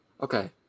Okay